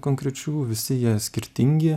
konkrečių visi jie skirtingi